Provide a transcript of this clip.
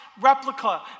replica